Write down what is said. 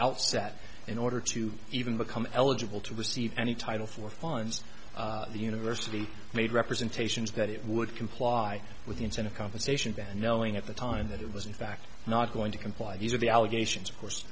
outset in order to even become eligible to receive any title for fines the university made representations that it would comply with the intent of compensation that knowing at the time that it was in fact not going to comply these are the allegations of course